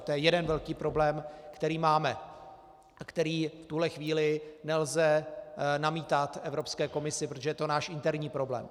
To je jeden velký problém, který máme, který v tuhle chvíli nelze namítat Evropské komisi, protože to je náš interní problém.